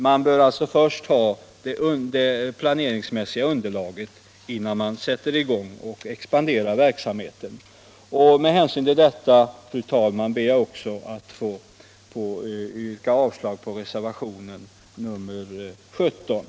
Man bör alltså ha det planeringsmässiga underlaget innan man sätter i gång och expanderar verksamheten. Med hänsyn till detta, fru talman, ber jag också att få yrka avslag på reservationen 17.